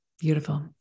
beautiful